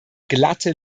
glatte